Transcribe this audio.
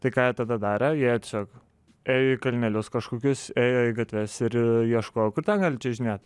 tai ką jie tada darė jie čia ėjo į kalnelius kažkokius ėjo į gatves ir ieškojo kur ten gali čiuožinėt